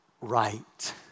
right